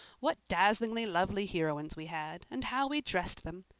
what dazzlingly lovely heroines we had and how we dressed them!